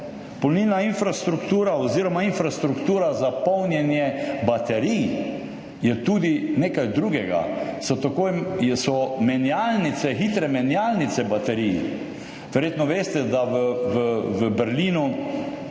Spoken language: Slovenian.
Polnilna infrastruktura oziroma infrastruktura za polnjenje baterij je tudi nekaj drugega, so hitre menjalnice baterij. Verjetno veste, da v Berlinu